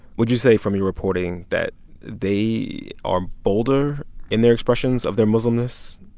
would you say from your reporting that they are bolder in their expressions of their muslimness?